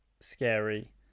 scary